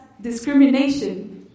discrimination